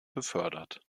befördert